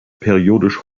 periodisch